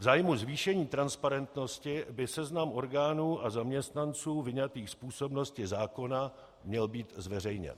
V zájmu zvýšení transparentnosti by seznam orgánů a zaměstnanců vyňatých z působnosti zákona měl být zveřejněn.